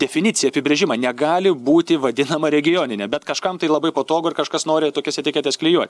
definiciją apibrėžimą negali būti vadinama regionine bet kažkam tai labai patogu ir kažkas nori tokias etiketes klijuoti